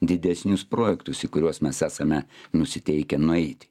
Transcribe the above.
didesnius projektus į kuriuos mes esame nusiteikę nueit